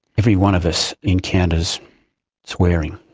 every one of us encounters swearing.